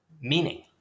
meaning